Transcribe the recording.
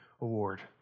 award